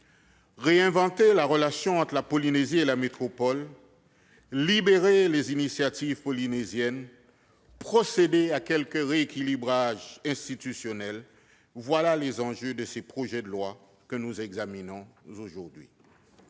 Réinventer la relation entre la Polynésie et la métropole, libérer les initiatives polynésiennes, procéder à quelques rééquilibrages institutionnels : tels sont les enjeux de ces projets de loi que nous examinons aujourd'hui.